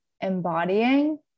embodying